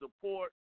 support